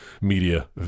media